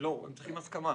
לא, הם צריכים הסכמה.